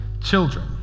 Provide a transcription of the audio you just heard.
children